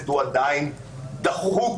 אני מבין שלשיטתך טוב היה שהיו מחוקקים